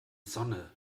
sonne